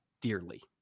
dearly